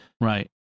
Right